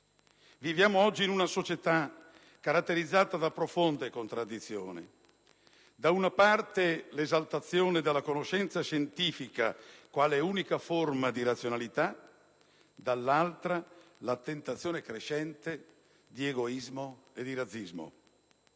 Viviamo oggi in una società caratterizzata da profonde contraddizioni: da una parte l'esaltazione della conoscenza scientifica quale unica forma di razionalità, dall'altra la tentazione crescente di egoismo e di razzismo.